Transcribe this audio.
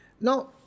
Now